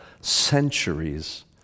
centuries